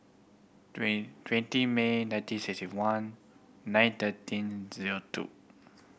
twenty twenty May nineteen sixty one nine thirteen zero two